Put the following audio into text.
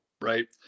Right